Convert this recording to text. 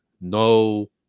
no